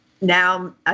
now